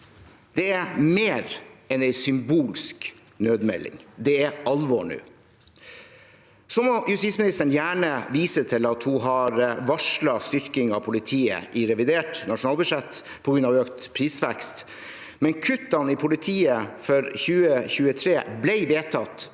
Det er mer enn en symbolsk nødmelding, det er alvor nå. Så må justisministeren gjerne vise til at hun har varslet styrking av politiet i revidert nasjonalbudsjett på grunn av økt prisvekst, men kuttene i politiet for 2023 ble vedtatt